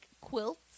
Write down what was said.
quilts